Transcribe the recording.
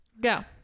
Go